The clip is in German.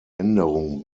änderung